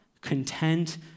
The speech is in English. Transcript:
Content